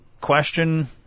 question